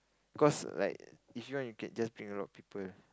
cause like if you want you can just bring a lot of people